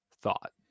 thought